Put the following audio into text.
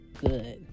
good